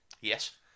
Yes